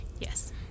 Yes